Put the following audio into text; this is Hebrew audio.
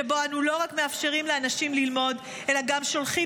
שבו אנו לא רק מאפשרים לאנשים ללמוד אלא גם שולחים